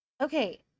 Okay